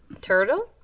Turtle